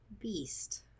Beast